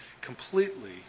completely